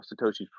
Satoshi